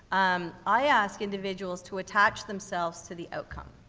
um, i ask individuals to attach themselves to the outcome.